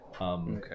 Okay